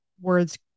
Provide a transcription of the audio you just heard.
words